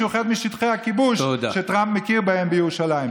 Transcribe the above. שהוא חלק משטחי הכיבוש שטראמפ מכיר בהם בירושלים.